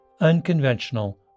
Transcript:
unconventional